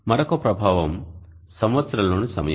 మరొక ప్రభావం సంవత్సరం లోని సమయం